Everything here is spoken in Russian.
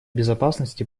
безопасности